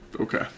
Okay